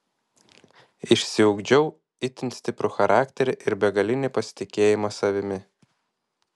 išsiugdžiau itin stiprų charakterį ir begalinį pasitikėjimą savimi